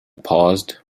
paused